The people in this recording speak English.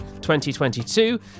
2022